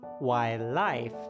wildlife